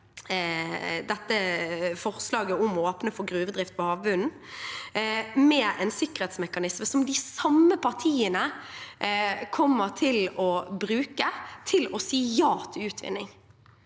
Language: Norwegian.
dette forslaget om å åpne for gruvedrift på havbunnen med en sikkerhetsmekanisme som de samme partiene kommer til å bruke til å si ja til utvinning.